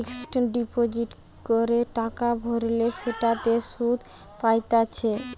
fixed deposit করে টাকা ভরলে সেটাতে সুধ পাইতেছে